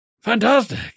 Fantastic